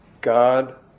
God